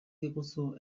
diguzu